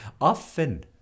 often